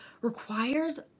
requires